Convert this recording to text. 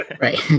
Right